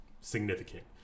significant